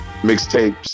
mixtapes